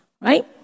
right